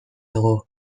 dugu